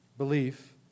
belief